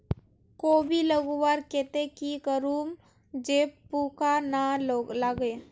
कोबी लगवार केते की करूम जे पूका ना लागे?